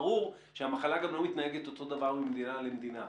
ברור שהמחלה גם לא מתנהגת אותו דבר ממדינה למדינה.